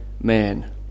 man